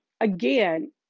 again